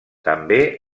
també